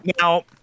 Now